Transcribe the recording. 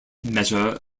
measure